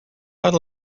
would